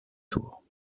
tours